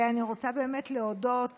אני רוצה באמת להודות